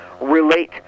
relate